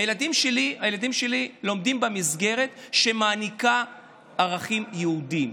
הילדים שלי לומדים במסגרת שמעניקה ערכים יהודיים.